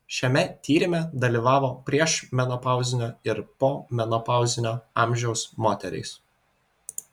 šiame tyrime dalyvavo priešmenopauzinio ir pomenopauzinio amžiaus moterys